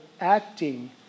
acting